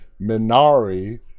Minari